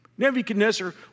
Nebuchadnezzar